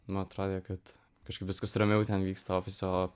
man atrodė kad kažkaip viskas ramiau ten vyksta ofise o